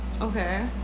Okay